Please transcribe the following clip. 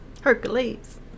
Hercules